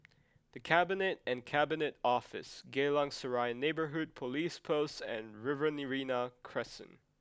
the Cabinet and Cabinet Office Geylang Serai Neighbourhood Police Post and Riverina Crescent